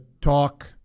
talk